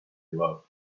loved